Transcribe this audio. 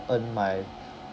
earned my